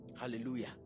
Hallelujah